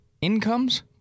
incomes